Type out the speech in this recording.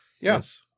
Yes